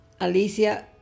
Alicia